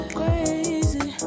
crazy